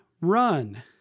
run